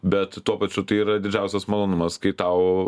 bet tuo pačiu tai yra didžiausias malonumas kai tau